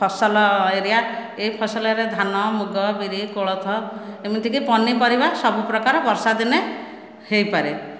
ଫସଲ ଏରିଆ ଏହି ଫସଲରେ ଧାନ ମୁଗ ବିରି କୋଳଥ ଏମିତିକି ପନିପରିବା ସବୁ ପ୍ରକାର ବର୍ଷା ଦିନେ ହୋଇପାରେ